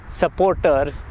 supporters